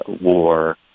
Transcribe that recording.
war